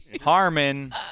Harmon